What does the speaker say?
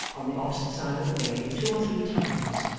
on the opposite side of the way, two or three times,